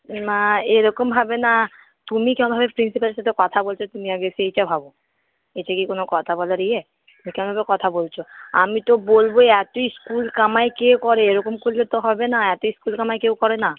না এরকমভাবে না তুমি কেমনভাবে প্রিন্সিপালের সাথে কথা বলছো তুমি আগে সেইটা ভাবো এটা কি কোনো কথা বলার ইয়ে কেমনভাবে কথা বলছ আমি তো বলব এত স্কুল কামাই কে করে এরকম করলে তো হবে না এতো স্কুল কামাই কেউ করে না